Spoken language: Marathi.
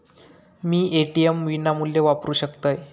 मी ए.टी.एम विनामूल्य वापरू शकतय?